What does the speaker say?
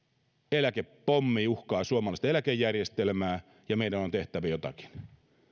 eläkepommi uhkaa suomalaista eläkejärjestelmää ja meidän on tehtävä jotakin